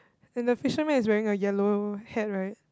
and the fisherman is wearing a yellow hat right